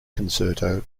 concerto